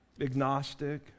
agnostic